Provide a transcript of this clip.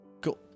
Cool